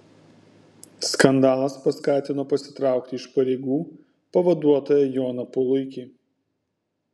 skandalas paskatino pasitraukti iš pareigų pavaduotoją joną puluikį